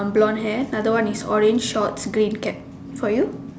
blonde hair another one is orange shorts green cap for you